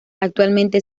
actualmente